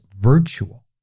virtual